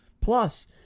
plus